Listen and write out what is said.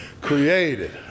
created